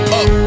up